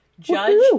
Judge